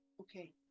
okay